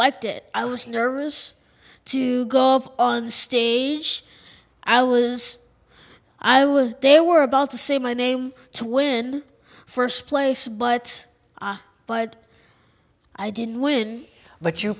liked it i was nervous to go of on the stage i was i would they were about to say my name to win first place but but i didn't win but you